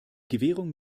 gewährung